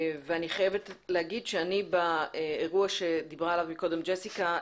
אני חייבת לומר שבאירוע עליו דיברה קודם ג'סיקה,